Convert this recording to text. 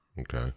Okay